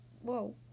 Whoa